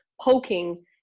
poking